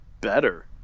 better